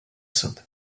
sainte